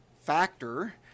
factor